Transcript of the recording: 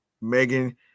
Megan